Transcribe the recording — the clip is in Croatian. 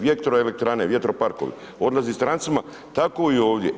Vjetroelektrane, vjetroparkovi, odlazi strancima, tako i ovdje.